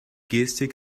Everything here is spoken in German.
gestik